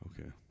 okay